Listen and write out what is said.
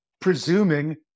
presuming